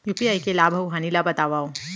UPI के लाभ अऊ हानि ला बतावव